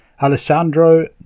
Alessandro